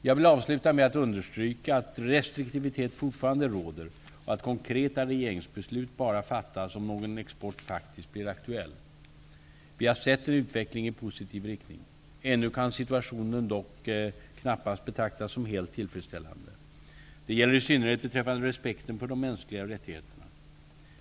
Jag vill avsluta med att understryka att restriktivitet fortfarande råder, och att konkreta regeringsbeslut bara fattas om någon export faktiskt blir aktuell. Vi har sett en utveckling i positiv riktning. Ännu kan situationen dock knappast betraktas som helt tillfredsställande. Detta gäller i synnerhet beträffande respekten för de mänskliga rättigheterna.